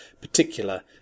particular